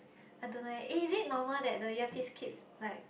I don't know eh is it normal that the earpiece keeps like